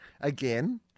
again